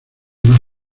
más